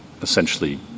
essentially